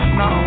no